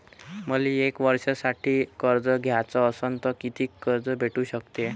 मले एक वर्षासाठी कर्ज घ्याचं असनं त कितीक कर्ज भेटू शकते?